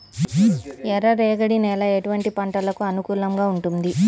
ఎర్ర రేగడి నేల ఎటువంటి పంటలకు అనుకూలంగా ఉంటుంది?